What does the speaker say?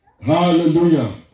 Hallelujah